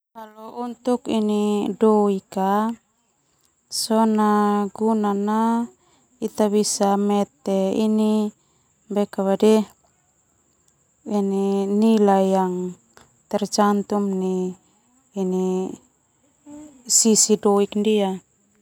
Untuk doik ka, sona guna na ita bisa mete ini ini nilai yang tercantum nai sisi doik ndia.